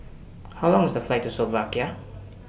How Long IS The Flight to Slovakia